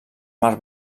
mar